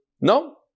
no